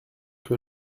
que